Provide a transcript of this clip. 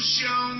show